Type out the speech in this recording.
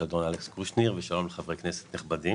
ושלום לחברי הוועדה.